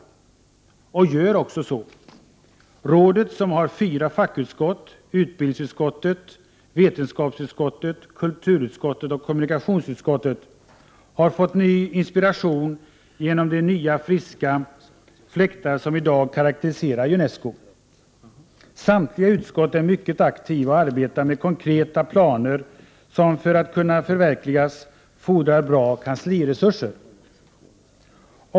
Och det gör så också. Rådet, som har fyra fackutskott — utbildningsutskottet, vetenskapsutskottet, kulturutskottet och kommunikationsutskottet — har fått ny inspiration genom de nya, friska fläktar som i dag karakteriserar Unesco. Samtliga utskott är mycket aktiva och arbetar med konkreta planer, som för att kunna förverkligas fordrar bra kansliresurser.